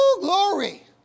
glory